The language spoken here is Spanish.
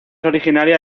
originaria